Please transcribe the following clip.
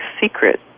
secret